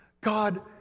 God